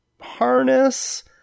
Harness